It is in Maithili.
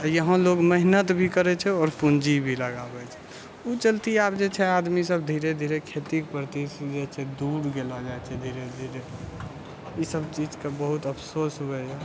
यहाँ लोक मेहनत भी करैत छै आओर पूँजी भी लगाबैत छै ओहि चलते आब जे छै आदमी सब धीरे धीरे खेती प्रति से जे छै दूर गेलो जाइत छै धीरे धीरे ई सब चीजके बहुत अफसोस होयत हँ